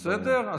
בסדר?